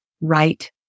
right